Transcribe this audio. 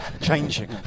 Changing